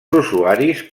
usuaris